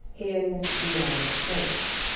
in the united states.